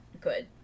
good